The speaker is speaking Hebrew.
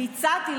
והצעתי,